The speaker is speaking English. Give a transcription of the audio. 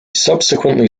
subsequently